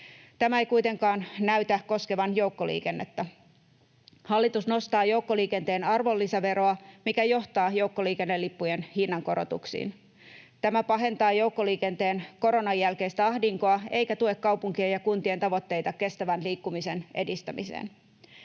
Tämä ei kuitenkaan näytä koskevan joukkoliikennettä. Hallitus nostaa joukkoliikenteen arvonlisäveroa, mikä johtaa joukkoliikennelippujen hinnankorotuksiin. Tämä pahentaa joukkoliikenteen koronan jälkeistä ahdinkoa eikä tue kaupunkien ja kuntien tavoitteita kestävän liikkumisen edistämiseen.